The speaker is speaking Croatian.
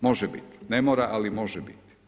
Može biti, ne mora ali može biti.